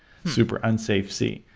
super unsafe c,